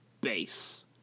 base